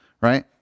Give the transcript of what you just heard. Right